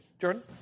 Jordan